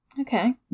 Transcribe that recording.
Okay